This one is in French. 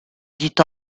dit